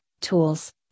tools